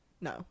No